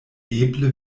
eble